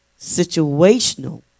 situational